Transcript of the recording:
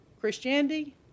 Christianity